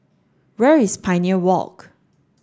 where is Pioneer Walk